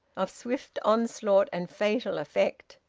of swift onslaught and fatal effect.